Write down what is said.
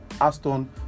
Aston